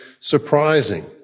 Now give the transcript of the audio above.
surprising